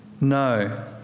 no